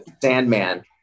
Sandman